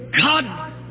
God